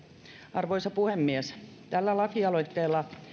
arvoisa puhemies tällä lakialoitteella